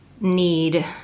need